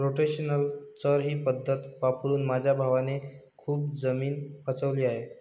rotational चर ही पद्धत वापरून माझ्या भावाने खूप जमीन वाचवली आहे